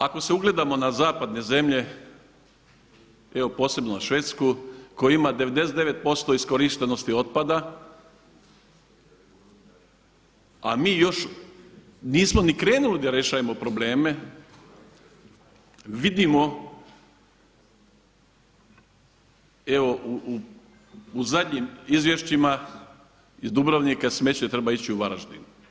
Ako se ugledamo na zapadne zemlje, evo posebno na Švedsku koja ima 99% iskorištenosti otpada, a mi još nismo ni krenuli da rješavamo probleme, vidimo u zadnjim izvješćima iz Dubrovnika smeće treba ići u Varaždin.